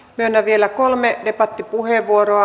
myönnän vielä kolme debattipuheenvuoroa